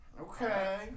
Okay